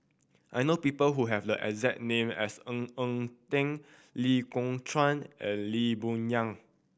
I know people who have the exact name as Ng Eng Teng Lee Kong Chian and Lee Boon Yang